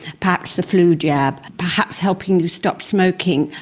perhaps a flu jab, perhaps helping you stop smoking,